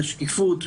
השקיפות,